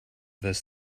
this